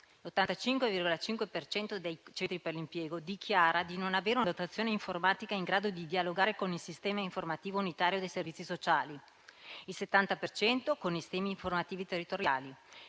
cento dei centri per l'impiego dichiara di non avere una dotazione informatica in grado di dialogare con il sistema informativo unitario dei servizi sociali (SIUSS), il 70 per cento con i sistemi informativi territoriali,